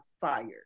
fired